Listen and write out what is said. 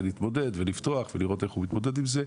להתמודד ולפתוח ולראות איך הוא מתמודד עם זה.